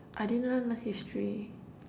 I didn't learn history